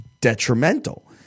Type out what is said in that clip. detrimental